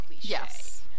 Yes